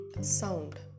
sound